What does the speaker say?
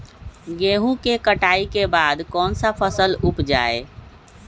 गेंहू के कटाई के बाद कौन सा फसल उप जाए?